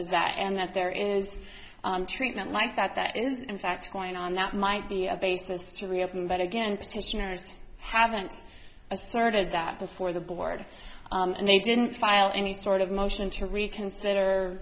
as that and that there is treatment like that that is in fact point on that might be a basis to reopen but again petitioners haven't asserted that before the board and they didn't file any sort of motion to reconsider